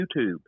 youtube